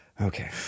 Okay